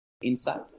inside